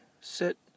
Sit